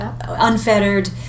unfettered